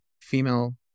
female